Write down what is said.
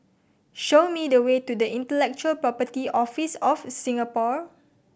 show me the way to Intellectual Property Office of Singapore